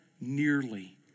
nearly